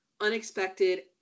unexpected